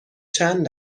چند